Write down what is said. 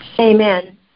Amen